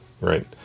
right